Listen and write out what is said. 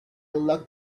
locked